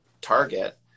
target